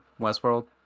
Westworld